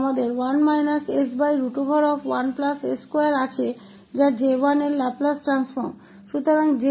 तो हमारे पास 1 11s2 है जो J1𝑡का लाप्लास ट्रांसफॉर्म है